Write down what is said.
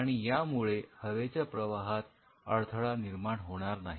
आणि यामुळे हवेच्या प्रवाहात अडथळा निर्माण होणार नाही